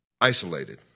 isolated